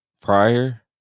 prior